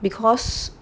because